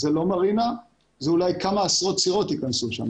זאת לא מרינה אלא אולי כמה עשרות סירות שייכנסו לשם.